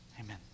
Amen